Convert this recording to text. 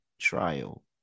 trial